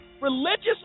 religious